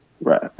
right